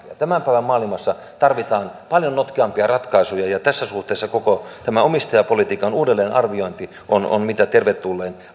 tämän päivän maailmassa tarvitaan paljon notkeampia ratkaisuja ja tässä suhteessa koko tämä omistajapolitiikan uudelleenarviointi on on mitä tervetullein